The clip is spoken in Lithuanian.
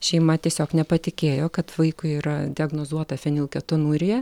šeima tiesiog nepatikėjo kad vaikui yra diagnozuota fenilketonurija